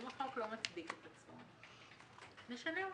אם החוק לא מצדיק את עצמו, נשנה אותו.